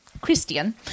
christian